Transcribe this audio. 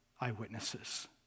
eyewitnesses